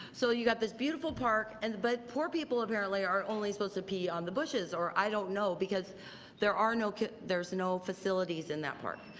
so you got this beautiful park and but poor people apparently are only supposed to pee on bushes or i don't know because there are no there's no facilities in that park.